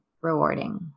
rewarding